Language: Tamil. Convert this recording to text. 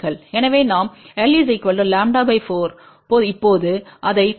எனவே நாம் lλ 4போது இப்போது அதைப் பாருங்கள்